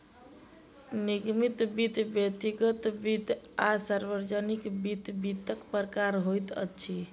निगमित वित्त, व्यक्तिगत वित्त आ सार्वजानिक वित्त, वित्तक प्रकार होइत अछि